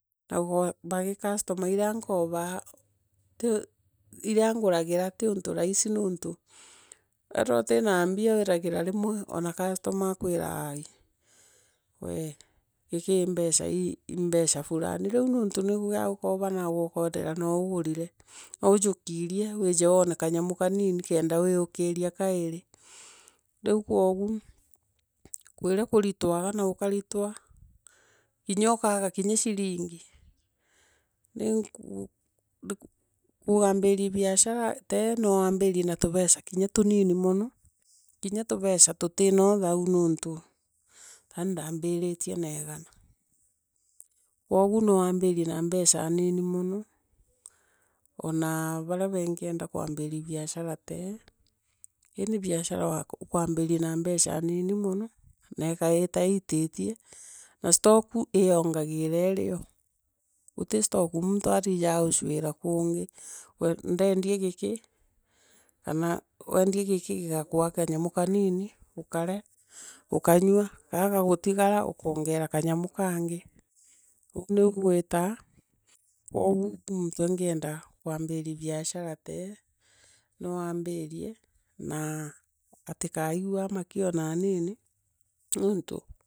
Ba gi kastoma iria nkobaa ti iria ngurajira ti untu rahisi niuntu ethirwa uti na mbia withagira rimwe ona kastoma akwiraa aii giki imbeca ii imbeca noa ugurire noujukiirie wiye guone kanyamu kanini kenda guiyukiiria kairi. Riu koogu kuiria kuritaaga na gukaritoa kinya ukaaga kinya ciringi Riu kuuga gwambirie biashara taimo gwambiiria na tubeca inya tuunu mono kinya tubeca tuti noa thau niuntu tani ndaambiriitie na igana. Kuogu nowambiirie na mbeca niini mono onaa baria baingienda kuambiiria biashara taii ii ni biashara ukuambiria na mbeca mnini mono na igaita jiitiitie na stoki uongairiira iri oo ciuti stoki muntu athijaa gucoa kungi. Ndaendia giki kana gwendia giki gigakua kanyamu kaniini ukaria ukanyua karia gagutigara ukoongera kanyamu kaangi uuu niu guitaa koogu muntu ungienda kuambiiria biashara teii noambiirie na atikaiguo amaki ona aniini niuntu.